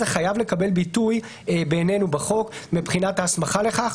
חייב לקבל ביטוי בעינינו בחוק מבחינת ההסמכה לכך,